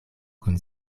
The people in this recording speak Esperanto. kun